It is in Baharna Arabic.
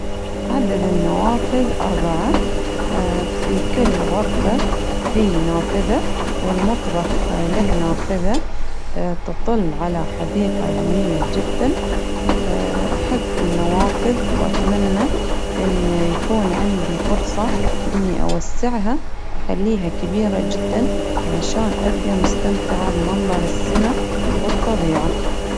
عدد النوافذ أربعة في كل غرفة في نافذة والمطبخ له نافذة تطل على حديقة جميلة جدا، أحب النوافذ وأتمنى إنه يكون عندي فرصة إني أوسعها أخليها كبيرة جدا، علشان أبقى مستمتعة بمنظر السما والطبيعة.